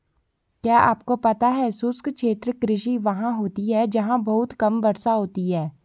क्या आपको पता है शुष्क क्षेत्र कृषि वहाँ होती है जहाँ बहुत कम वर्षा होती है?